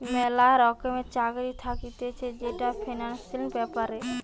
ম্যালা রকমের চাকরি থাকতিছে যেটা ফিন্যান্সের ব্যাপারে